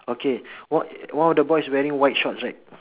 okay one one of the boys wearing white shorts right